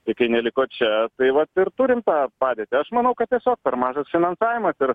tai kai neliko čia tai vat ir turim tą padėtį aš manau kad tiesiog per mažas finansavimas ir